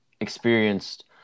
experienced